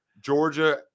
Georgia